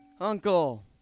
Uncle